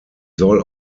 soll